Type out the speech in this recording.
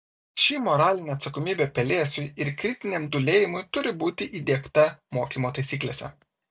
ši moralinė atsakomybė pelėsiui ir kritiniam dūlėjimui turi būti įdiegta mokymo taisyklėse